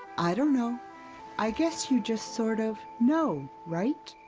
i dunno. i guess you just sort of. know. right?